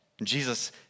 Jesus